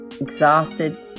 exhausted